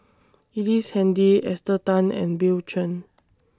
Ellice Handy Esther Tan and Bill Chen